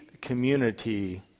community